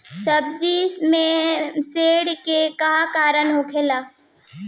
सब्जी में सड़े के का कारण होला?